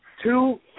Two